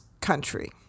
country